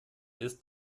ist